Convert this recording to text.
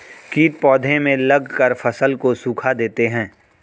कीट पौधे में लगकर फसल को सुखा देते हैं